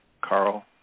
Carl